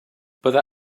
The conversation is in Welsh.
byddai